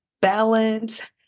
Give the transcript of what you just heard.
balance